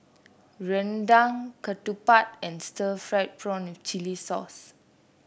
rendang ketupat and Stir Fried Prawn with Chili Sauce